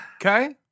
Okay